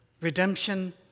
redemption